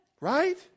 Right